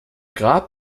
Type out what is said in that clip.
grab